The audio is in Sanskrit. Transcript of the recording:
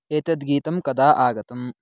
एतद्गीतं कदा आगतम्